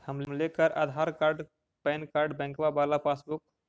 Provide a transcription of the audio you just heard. हम लेकर Aadhaar card PAN card बैंकवा वाला पासबुक?